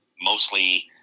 mostly